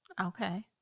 okay